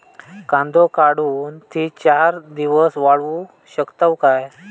कांदो काढुन ती चार दिवस वाळऊ शकतव काय?